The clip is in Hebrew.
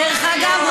דרך אגב,